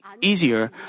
easier